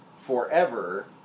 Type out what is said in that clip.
forever